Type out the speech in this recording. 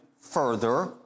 further